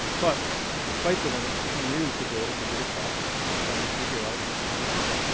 ah but despite the limits, you can use the data to good effect in trying to figure out what's going on,